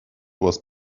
was